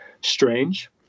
strange